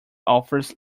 offers